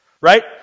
right